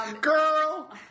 Girl